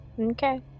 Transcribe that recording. Okay